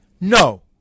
no